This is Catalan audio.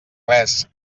res